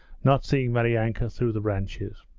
not seeing maryanka through the branches.